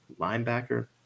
linebacker